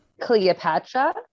Cleopatra